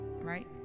right